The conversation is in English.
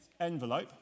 envelope